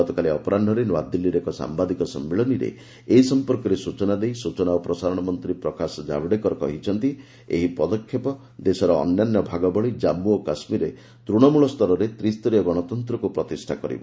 ଗତକାଲି ଅପରାହ୍ନରେ ନୂଆଦିଲ୍ଲୀରେ ଏକ ସାମ୍ବାଦିକ ସମ୍ମିଳନୀରେ ଏ ସମ୍ପର୍କରେ ସୂଚନା ଦେଇ ସୂଚନା ଓ ପ୍ରସାରଣ ମନ୍ତ୍ରୀ ପ୍ରକାଶ ଜାବ୍ଡେକର କହିଛନ୍ତିଏହି ପଦକ୍ଷେପ ଦେଶର ଅନ୍ୟାନ୍ୟ ଭାଗ ଭଳି ଜାଞ୍ପୁ ଓ କାଶ୍ମୀରରେ ତୃଣମୂଳସ୍ତରରେ ତ୍ରିସ୍ତରୀୟ ଗଣତନ୍ତ୍ରକୁ ପ୍ରତିଷ୍ଠା କରିବ